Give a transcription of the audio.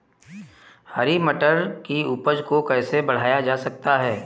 हरी मटर की उपज को कैसे बढ़ाया जा सकता है?